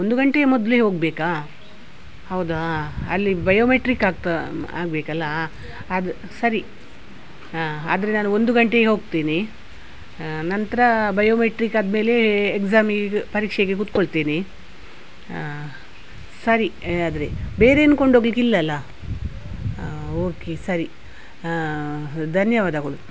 ಒಂದು ಗಂಟೆಯ ಮೊದಲೇ ಹೋಗಬೇಕಾ ಹೌದಾ ಅಲ್ಲಿ ಬಯೋಮೆಟ್ರಿಕ್ ಆಗ್ತಾ ಆಗ್ಬೇಕಲ್ವಾ ಅದು ಸರಿ ಹಾಂ ಆದರೆ ನಾನು ಒಂದು ಗಂಟೆಗೆ ಹೋಗ್ತೀನಿ ನಂತರ ಬಯೋಮೆಟ್ರಿಕ್ ಆದ ಮೇಲೆ ಎಕ್ಸಾಮೀಗೆ ಪರೀಕ್ಷೆಗೆ ಕುತ್ಕೊಳ್ತೀನಿ ಹಾಂ ಸರಿ ಆದರೆ ಬೇರೇನು ಕೊಂಡೋಗ್ಲಿಕ್ಕೆ ಇಲ್ಲಲ್ವ ಆಂ ಓಕೆ ಸರಿ ಧನ್ಯವಾದಗಳು